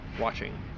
watching